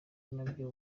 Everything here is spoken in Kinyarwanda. nabwo